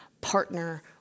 partner